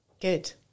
good